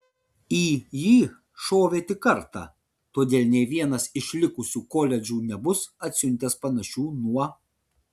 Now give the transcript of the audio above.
į jį šovė tik kartą todėl nė vienas iš likusių koledžų nebus atsiuntęs panašių nuo